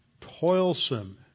toilsome